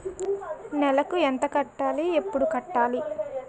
నెలకు ఎంత కట్టాలి? ఎప్పుడు కట్టాలి?